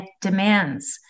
demands